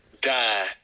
die